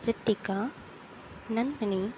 Ritika Nandini